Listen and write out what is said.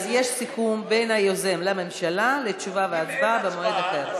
אז יש סיכום בין היוזם לממשלה על תשובה והצבעה במועד אחר.